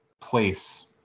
place